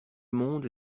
monde